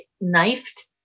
knifed